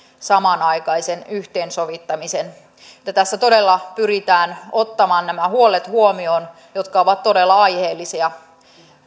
samanaikaisen yhteensovittamisen tässä todella pyritään ottamaan huomioon nämä huolet jotka ovat todella aiheellisia